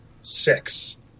Six